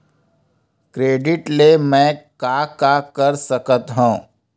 Credit ले मैं का का कर सकत हंव?